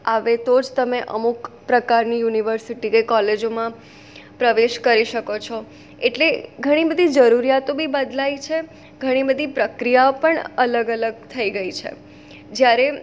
આવે તો જ તમે અમુક પ્રકારની યુનિવર્સિટી કે કોલેજોમાં પ્રવેશ કરી શકો છો એટલે ઘણી બધી જરૂરિયાતો બી બદલાઈ છે ઘણી બધી પ્રક્રિયાઓ પણ અલગ અલગ થઈ ગઈ છે જ્યારે